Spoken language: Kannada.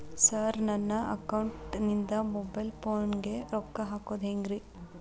ಸರ್ ನನ್ನ ಅಕೌಂಟದಿಂದ ಮೊಬೈಲ್ ಫೋನಿಗೆ ರೊಕ್ಕ ಹಾಕೋದು ಹೆಂಗ್ರಿ?